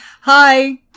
hi